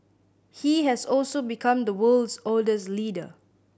he has also become the world's oldest leader